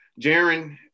Jaron